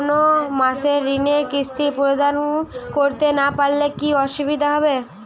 কোনো মাসে ঋণের কিস্তি প্রদান করতে না পারলে কি অসুবিধা হবে?